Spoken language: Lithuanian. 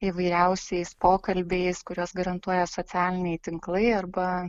įvairiausiais pokalbiais kuriuos garantuoja socialiniai tinklai arba